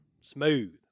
Smooth